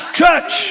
church